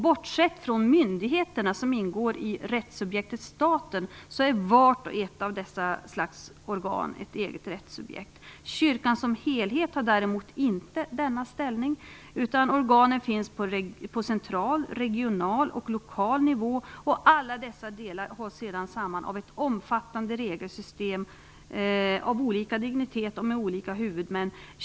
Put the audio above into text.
Bortsett från myndigheterna, som ingår i rättssubjektet staten, är vart och ett av dessa organ ett eget rättssubjekt. Kyrkan som helhet har däremot inte denna ställning, utan organen finns på central, regional och lokal nivå. Alla dessa delar hålls sedan samman av ett omfattande regelsystem av olika dignitet och med olika huvudmän.